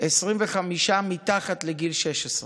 25 מתחת לגיל 16,